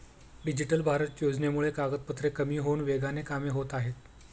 digital Bharat योजनेमुळे कागदपत्रे कमी होऊन वेगाने कामे होत आहेत